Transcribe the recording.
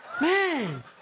Man